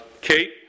Kate